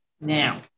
now